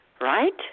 Right